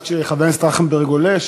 עד שחבר הכנסת טרכטנברג עולה,